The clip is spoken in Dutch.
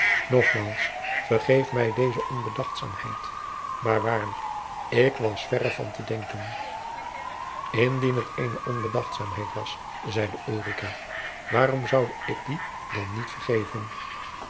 vergeef mij deze onbedachtzaamheid maar waarlijk ik was verre van te denken indien het eene onbedachtzaamheid was zeide ulrica waarom zoude ik die dan niet vergeven